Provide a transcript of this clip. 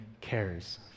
cares